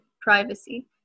privacy